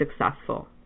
successful